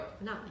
no